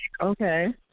Okay